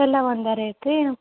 ಎಲ್ಲ ಒಂದು ರೇಟ್ ರೀ